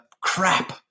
crap